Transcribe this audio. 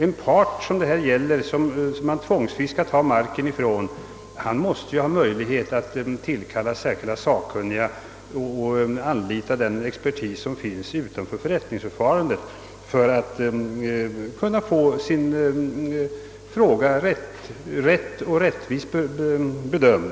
En part som tvångsvis skall berövas sin mark, måste ha möjlighet att tillkalla särskilda sakkunniga och att anlita expertis som står till förfogande utanför förrättningsförfarandet för att kunna få sin fråga riktigt och rättvist bedömd.